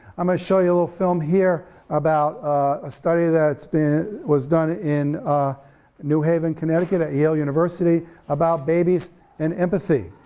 i'm gonna ah show you a little film here about a study that was done in new haven, connecticut at yale university about babies and empathy.